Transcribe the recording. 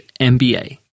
MBA